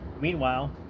Meanwhile